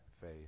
faith